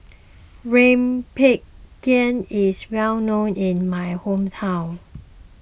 Rempeyek is well known in my hometown